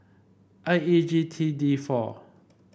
I E G T D four